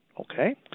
okay